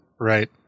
right